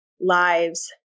lives